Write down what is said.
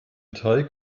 teig